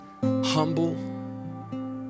Humble